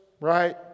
right